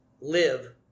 live